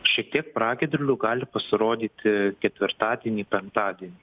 šiek tiek pragiedrulių gali pasirodyti ketvirtadienį penktadienį